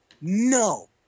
No